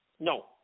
No